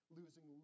losing